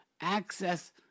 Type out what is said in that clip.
access